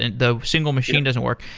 and the single machine doesn't work.